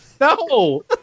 No